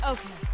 Okay